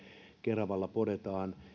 keravalla podetaan